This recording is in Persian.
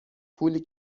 پولی